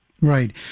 Right